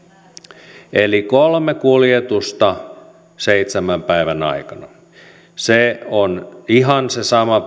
eli kolme kuljetusta seitsemän päivän aikana se on ihan prikulleen se sama